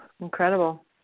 Incredible